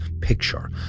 picture